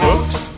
Oops